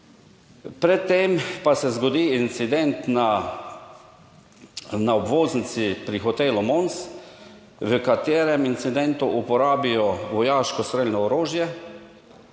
Pred tem pa se zgodi incident na obvoznici pri hotelu Mons, v katerem incidentu uporabijo vojaško strelno orožje,